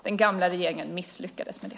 Den gamla regeringen misslyckades med det.